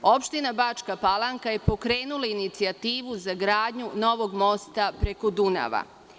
Opština Bačka Palanka je pokrenula inicijativu za gradnju novog mosta preko Dunava.